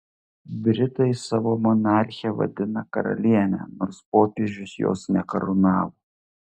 britai savo monarchę vadina karaliene nors popiežius jos nekarūnavo